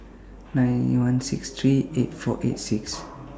nine one six three eight four eight six